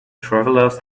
travelers